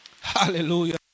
Hallelujah